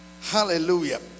hallelujah